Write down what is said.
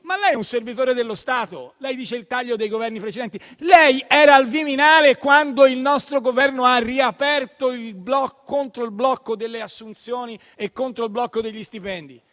Ma lei è un servitore dello Stato. Ha fatto riferimento al taglio dei Governi precedenti. Lei era al Viminale quando il nostro Governo ha riaperto contro il blocco delle assunzioni e contro il blocco degli stipendi.